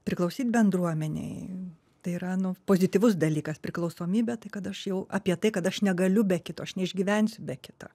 priklausyt bendruomenei tai yra nu pozityvus dalykas priklausomybė tai kad aš jau apie tai kad aš negaliu be kito aš neišgyvensiu be kito